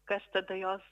kas tada jos